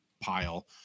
pile